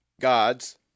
God's